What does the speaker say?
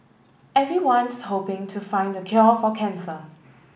everyone's hoping to find the cure for cancer